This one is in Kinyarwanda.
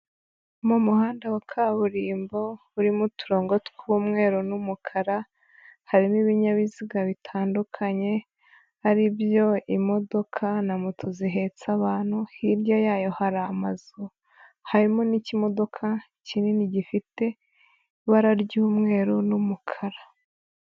Mu muhanda wa kaburimbo urimo uturongo tw'umweru n'umukara harimo ibinyabiziga bitandukanye aribyo imodoka na moto zihetse abantu, hirya yayo hari amazu, harimo n'ikimodoka kinini gifite ibara ry'umweru n'umukara.